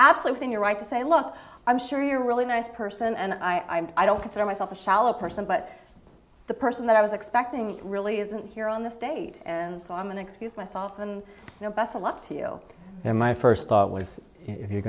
absolutely right to say look i'm sure you're really nice person and i am i don't consider myself a shallow person but the person that i was expecting really isn't here on the stage and so i'm an excuse myself and best of luck to you and my first thought was if you're